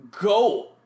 go